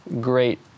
great